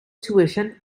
tuition